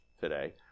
today